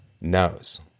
knows